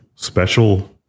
Special